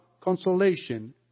consolation